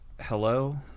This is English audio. Hello